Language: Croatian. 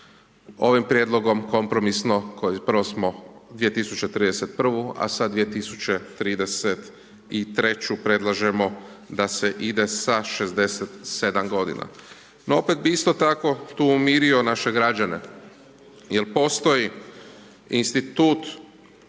ovim prijedlogom kompromisno, prvo smo 2031. a sad 2033. predlažemo da se ide sa 67 g. No opet bi isto tako tu umirio naše građane jer postoji institut